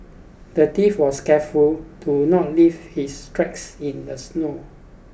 the thief was careful to not leave his tracks in the snow